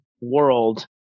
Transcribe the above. world